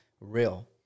real